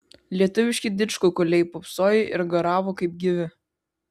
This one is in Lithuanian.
lietuviški didžkukuliai pūpsojo ir garavo kaip gyvi